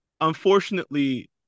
Unfortunately